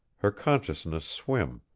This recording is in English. her consciousness swim,